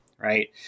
Right